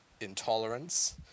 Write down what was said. intolerance